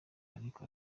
ariko